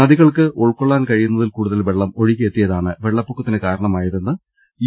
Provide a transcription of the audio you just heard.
നദികൾക്ക് ഉൾക്കൊള്ളാൻ കഴിയുന്നതിൽ കൂടുതൽ വെള്ളം ഒഴുകിയെ ത്തിയതാണ് വെള്ളപ്പൊക്കത്തിന് കാരണമെന്ന് യു